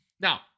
Now